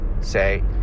say